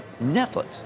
Netflix